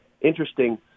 interesting